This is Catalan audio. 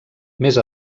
més